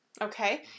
Okay